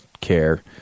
care